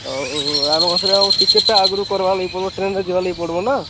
ଆଉ ଆମ କତିରେ ଆଉ ଟିକେଟ୍ଟା ଆଗରୁ କରାବା ଲାଗି ପଡ଼ିବ ଟ୍ରେନ୍ରେ ଯିବା ଲାଗି ପଡ଼ିବ ନା